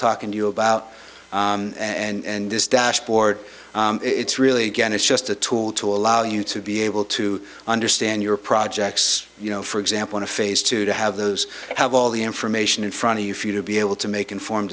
talking to you about and this dashboard it's really get it's just a tool to allow you to be able to understand your projects you know for example in a phase two to have those have all the information in front of you for you to be able to make informed